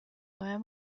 neuer